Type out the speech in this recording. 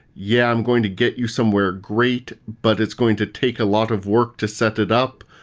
yeah, i'm going to get you somewhere great, but it's going to take a lot of work to set it up,